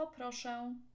Poproszę